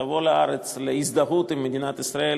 האקדמיה שתבוא לארץ להזדהות עם מדינת ישראל,